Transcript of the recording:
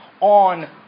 on